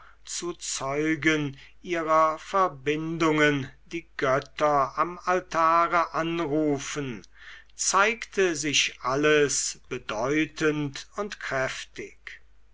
zu zeugen ihrer verbindungen die götter am altare anrufen zeigte sich alles bedeutend und kräftig